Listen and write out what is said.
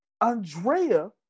Andrea